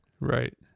right